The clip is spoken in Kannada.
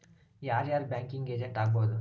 ಯಾರ್ ಯಾರ್ ಬ್ಯಾಂಕಿಂಗ್ ಏಜೆಂಟ್ ಆಗ್ಬಹುದು?